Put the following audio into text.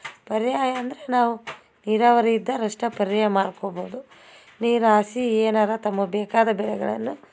ಪರ್ಯಾಯ ಅಂದರೆ ನಾವು ನೀರಾವರಿ ಇದ್ದರಷ್ಟೇ ಪರ್ಯಾಯ ಮಾಡ್ಕೊಬೋದು ನೀರು ಹಾಸಿ ಏನಾರೂ ತಮಗೆ ಬೇಕಾದ ಬೆಳೆಗಳನ್ನು